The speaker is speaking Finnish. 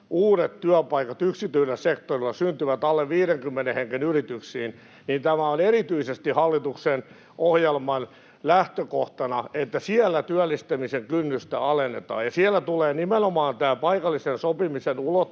uudet työpaikat yksityisellä sektorilla syntyvät alle 50 hengen yrityksiin, niin hallituksen ohjelman lähtökohtana on erityisesti tämä, että siellä työllistämisen kynnystä alennetaan. Siellä tulee nimenomaan tämä paikallisen sopimisen ulottautuminen